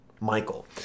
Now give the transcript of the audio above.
Michael